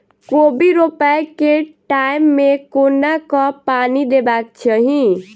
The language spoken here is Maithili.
कोबी रोपय केँ टायम मे कोना कऽ पानि देबाक चही?